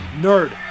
Nerd